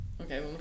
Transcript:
Okay